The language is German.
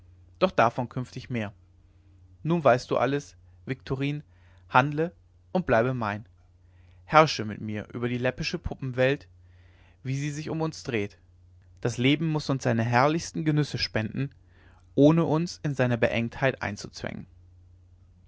doch davon künftig mehr nun weißt du alles viktorin handle und bleibe mein herrsche mit mir über die läppische puppenwelt wie sie sich um uns dreht das leben muß uns seine herrlichsten genüsse spenden ohne uns in seine beengtheit einzuzwängen